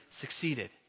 succeeded